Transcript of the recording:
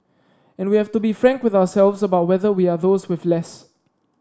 and we have to be frank with ourselves about whether we are those with less